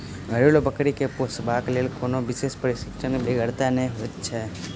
घरेलू बकरी के पोसबाक लेल कोनो विशेष प्रशिक्षणक बेगरता नै होइत छै